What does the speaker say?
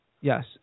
Yes